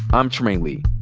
i'm trymaine lee.